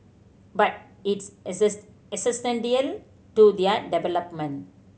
but it's exist to their development